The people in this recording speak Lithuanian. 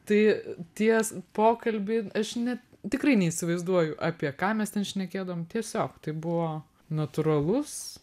tai ties pokalbį aš net tikrai neįsivaizduoju apie ką mes ten šnekėdavom tiesiog tai buvo natūralus